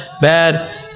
bad